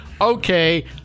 okay